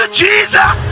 jesus